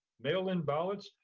mail in ballots,